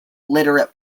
literate